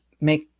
make